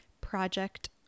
Project